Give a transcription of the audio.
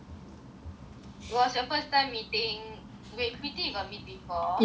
it was your first time meeting wait preeti you got meet before nivita and hark first time lah